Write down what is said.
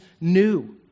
new